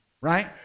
Right